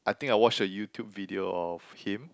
I think I watched a YouTube video of him